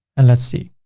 and let's see.